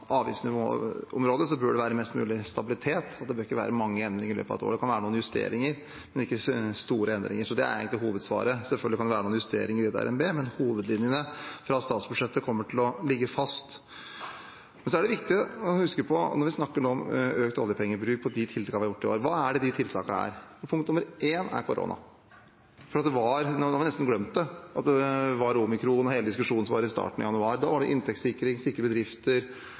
bør det være mest mulig stabilitet, og det bør ikke være mange endringer i løpet av et år. Det kan være noen justeringer, men ikke store endringer. Det er egentlig hovedsvaret. Selvfølgelig kan være noen justeringer i revidert nasjonalbudsjett, men hovedlinjene fra statsbudsjettet kommer til å ligge fast. Så er det viktig å huske på når vi snakker om økt oljepengebruk og de tiltakene vi har gjort i år: Hva gjelder de tiltakene? Det første punktet er korona. Vi har nesten glemt at det var omikron og hele den diskusjonen som var i starten av januar. Da var det inntektssikring, sikre bedrifter,